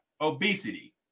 obesity